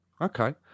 Okay